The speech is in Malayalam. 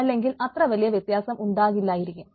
അല്ലെങ്കിൽ അത്ര വലിയ വ്യത്യാസം ഉണ്ടാകില്ലായിരിക്കും